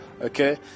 Okay